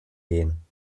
gehen